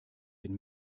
den